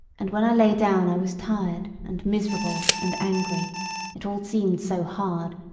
and when i lay down i was tired, and miserable, and angry it all seemed so hard.